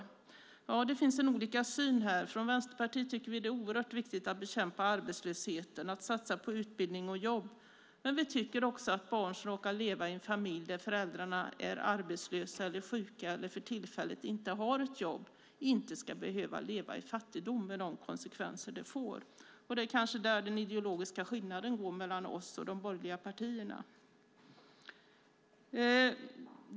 Här finns det olika syn. Vänsterpartiet tycker att det är oerhört viktigt att bekämpa arbetslösheten, att satsa på utbildning och jobb. Men vi tycker också att barn som råkar leva i en familj där föräldrarna är arbetslösa, sjuka eller tillfälligt inte har ett jobb inte ska behöva leva i fattigdom med de konsekvenser som det får. Det kanske är där den ideologiska skillnaden går mellan oss och de borgerliga partierna.